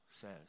says